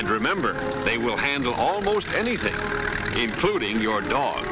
and remember they will handle almost anything including your dog